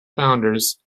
founders